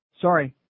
Sorry